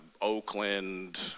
Oakland